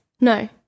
no